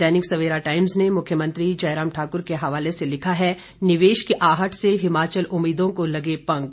दैनिक Savera times ने मुख्यमंत्री जयराम ठाक्र के हवाले से लिखा है निवेश की आहट से हिमाचल उम्मीदों को लगे पंख